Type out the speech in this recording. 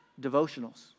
devotionals